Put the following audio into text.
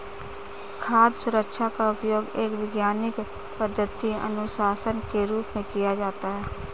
खाद्य सुरक्षा का उपयोग एक वैज्ञानिक पद्धति अनुशासन के रूप में किया जाता है